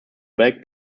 bag